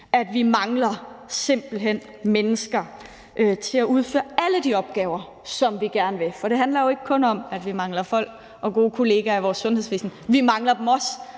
hen mangler mennesker til at udføre alle de opgaver, som vi gerne vil. For det handler jo ikke kun om, at vi mangler folk og gode kollegaer i vores sundhedsvæsen. Vi mangler dem også